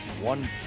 one